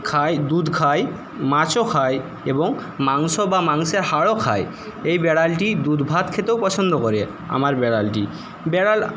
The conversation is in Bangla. খায় দুধ খায় মাছও খায় এবং মাংস বা মাংসের হাড়ও খায় এই বিড়ালটি দুধ ভাত খেতেও পছন্দ করে আমার বিড়ালটি বিড়াল